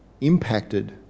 impacted